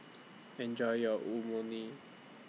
Enjoy your